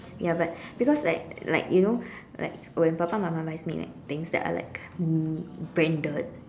ya but because like like you know like when papa mama buys me like things that are like um branded